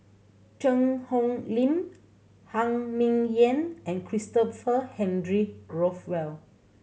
Cheang Hong Lim Phan Ming Yen and Christopher Henry Rothwell